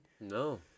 No